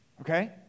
Okay